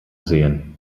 sehen